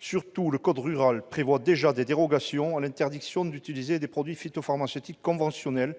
Surtout, le code rural et de la pêche maritime prévoit déjà des dérogations à l'interdiction d'utiliser des produits phytopharmaceutiques conventionnels